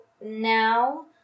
now